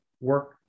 work